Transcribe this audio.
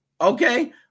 okay